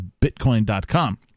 Bitcoin.com